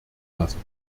lassen